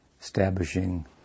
establishing